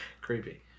creepy